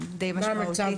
די משמעותית בתקן.